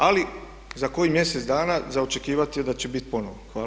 Ali za kojih mjesec dana za očekivati je da će biti ponovno.